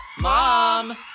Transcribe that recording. mom